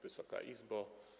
Wysoka Izbo!